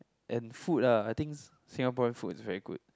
and food lah I think Singaporean food is very good